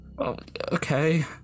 okay